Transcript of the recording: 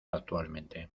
actualmente